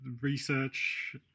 research